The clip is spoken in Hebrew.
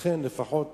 לכן, לפחות